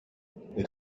that